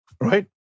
Right